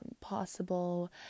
possible